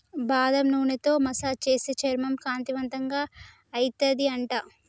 బాదం నూనెతో మసాజ్ చేస్తే చర్మం కాంతివంతంగా అయితది అంట